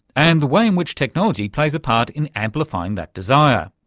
and the way in which technology plays a part in amplifying that desire.